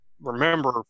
remember